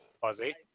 Fuzzy